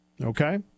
Okay